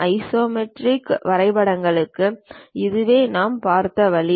isometric வரைபடங்களுக்கு இதுவே நாம் பார்த்த வழி